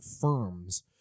firms